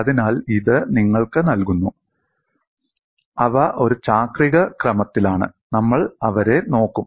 അതിനാൽ ഇത് നിങ്ങൾക്ക് നൽകുന്നു അവ ഒരു ചാക്രിക ക്രമത്തിലാണ് നമ്മൾ അവരെ നോക്കും